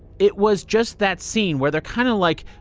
it was just that scene where they're kinda of like,